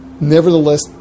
Nevertheless